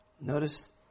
Notice